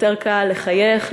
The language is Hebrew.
יותר קל לחייך,